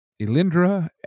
Elindra